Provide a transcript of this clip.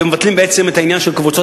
אתם מבטלים בעצם את העניין של קבוצות